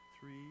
three